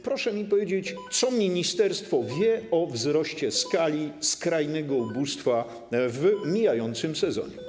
Proszę mi powiedzieć, co ministerstwo wie o wzroście wskaźnika skrajnego ubóstwa w mijającym sezonie.